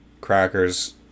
Cracker's